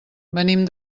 venim